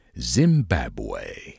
Zimbabwe